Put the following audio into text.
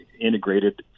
integrated